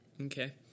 Okay